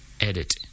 Edit